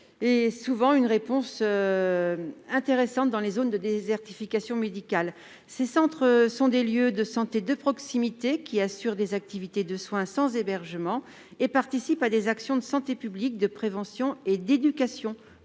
et souvent intéressante dans les zones de désertification médicale. Ces centres sont des lieux de santé de proximité qui assurent des activités de soins sans hébergement et participent à des actions de santé publique, de prévention et d'éducation